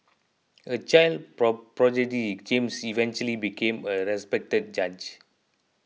a child prodigy James eventually became a respected judge